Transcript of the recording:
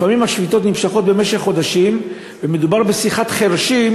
לפעמים השביתות נמשכות חודשים ומדובר בשיחת חירשים,